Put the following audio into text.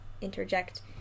interject